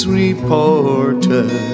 reported